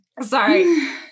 sorry